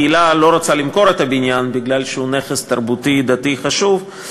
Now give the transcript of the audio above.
הקהילה לא רוצה למכור את הבניין כי הוא נכס תרבותי-דתי חשוב,